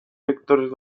sectores